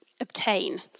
obtain